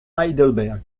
heidelberg